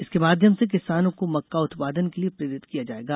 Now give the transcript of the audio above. इसके माध्यम से किसानों को मक्का उत्पादन के लिये प्रेरित किया जाएगा